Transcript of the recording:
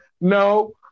No